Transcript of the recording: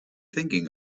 thinking